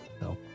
No